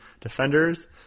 defenders